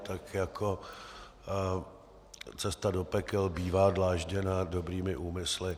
Tak jako cesta do pekel bývá dlážděna dobrými úmysly.